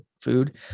food